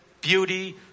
beauty